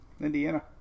Indiana